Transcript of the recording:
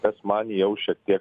kas man jau šiek tiek